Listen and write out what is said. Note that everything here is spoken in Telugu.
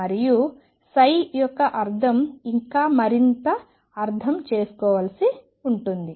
మరియు యొక్క అర్థం ఇంకా మరింత అర్ధం చేసుకోవాల్సివుంది